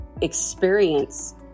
experience